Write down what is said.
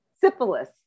syphilis